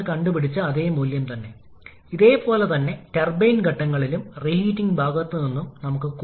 താപ ദക്ഷത ഇതിന് തുല്യമായിരിക്കണം നമ്മൾ ഇതുവരെ കണക്കാക്കിയിട്ടില്ലാത്ത ഒന്നാണ് ഇപ്പോൾ ക്വിൻ